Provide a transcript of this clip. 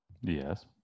Yes